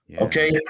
Okay